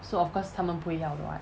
so of course 他们不会要 [what]